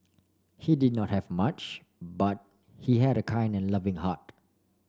he did not have much but he had a kind and loving heart